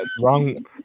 Wrong